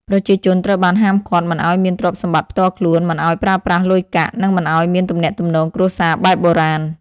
ប្រជាជនត្រូវបានហាមឃាត់មិនឲ្យមានទ្រព្យសម្បត្តិផ្ទាល់ខ្លួន មិនឲ្យប្រើប្រាស់លុយកាក់ និងមិនឲ្យមានទំនាក់ទំនងគ្រួសារបែបបុរាណ។